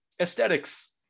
Aesthetics